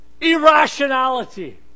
irrationality